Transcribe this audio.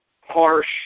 harsh